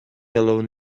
alone